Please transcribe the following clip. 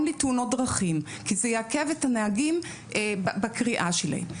לתאונות דרכים כי זה יעכב את הנהגים בקריאה שלהם.